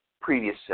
previous